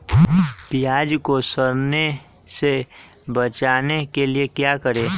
प्याज को सड़ने से बचाने के लिए क्या करें?